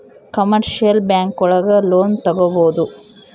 commercial bank ಒಳಗ loan ತಗೊಬೋದು